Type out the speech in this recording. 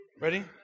Ready